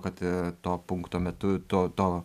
kad to punkto metu to to